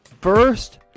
first